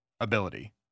ability